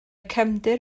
cefndir